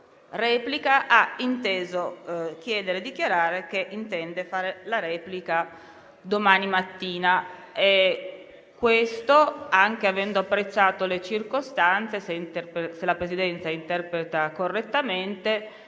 replica, ha inteso dichiarare che intende svolgerla domani mattina, questo anche avendo apprezzato le circostanze, se la Presidenza interpreta correttamente,